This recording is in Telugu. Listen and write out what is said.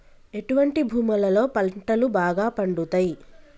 ఎటువంటి భూములలో పంటలు బాగా పండుతయ్?